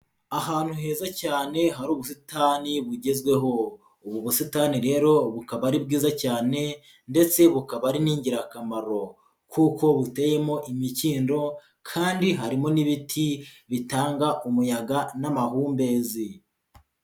Ahantu heza cyane hari ubusitani bugezweho, ubu busitani rero bukaba ari bwiza cyane ndetse bukaba ari n'ingirakamaro kuko buteyemo imikindo kandi harimo n'ibiti bitanga umuyaga n'amahumbezi.